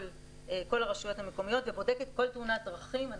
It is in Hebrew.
הרשויות המקומיות ובודקת כל תאונת דרכים,